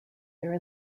there